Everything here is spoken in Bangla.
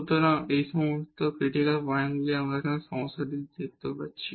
সুতরাং এই সব ক্রিটিকাল পয়েন্ট গুলি আমরা এই সমস্যাটিতে দেখতে পাচ্ছি